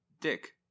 dick